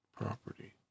property